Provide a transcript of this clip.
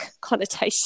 connotation